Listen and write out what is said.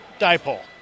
dipole